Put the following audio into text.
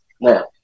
now